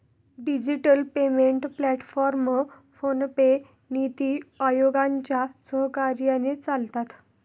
digital payment platform PhonePe, NITI आयोगाच्या सहकार्याने चालतात